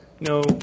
no